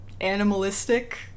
animalistic